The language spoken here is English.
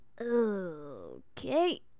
okay